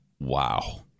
Wow